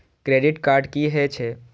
Credit card की हे छे?